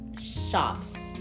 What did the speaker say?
shops